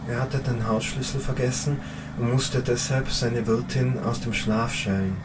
er hatte den hausschlüssel vergessen und mußte deshalb seine wirtin aus dem schlaf schellen